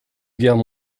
guerres